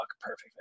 perfect